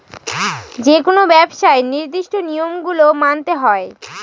যেকোনো ব্যবসায় নির্দিষ্ট নিয়ম গুলো মানতে হয়